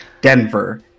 Denver